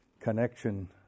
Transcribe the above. connection